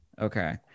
Okay